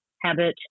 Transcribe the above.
habit